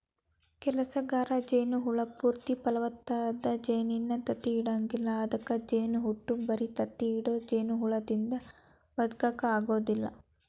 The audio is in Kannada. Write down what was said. ಕೆಲಸಗಾರ ಜೇನ ಹುಳ ಪೂರ್ತಿ ಫಲವತ್ತಾದ ಜೇನಿನ ತತ್ತಿ ಇಡಂಗಿಲ್ಲ ಅದ್ಕ ಜೇನಹುಟ್ಟ ಬರಿ ತತ್ತಿ ಇಡೋ ಜೇನಹುಳದಿಂದ ಬದಕಾಕ ಆಗೋದಿಲ್ಲ